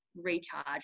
recharge